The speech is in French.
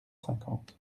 cinquante